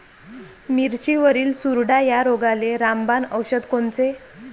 मिरचीवरील चुरडा या रोगाले रामबाण औषध कोनचे?